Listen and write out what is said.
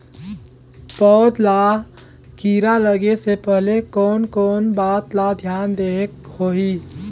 पौध ला कीरा लगे से पहले कोन कोन बात ला धियान देहेक होही?